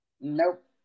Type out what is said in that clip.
Nope